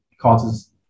causes